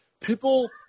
People –